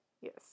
Yes